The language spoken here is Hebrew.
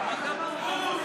בוז.